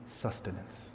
sustenance